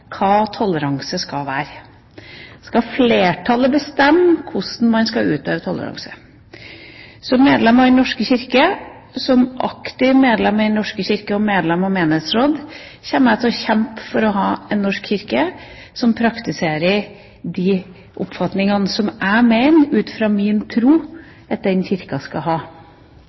hva toleranse skal være, da skal flertallet bestemme hvordan man skal utøve toleranse. Som aktivt medlem av Den norske kirke og medlem av menighetsråd kommer jeg til å kjempe for å ha en norsk kirke som praktiserer de oppfatningene som jeg mener, ut fra min tro, at den kirken skal ha. Men det å bestemme – som stortingsrepresentant – hvilke oppfatninger trossamfunn skal ha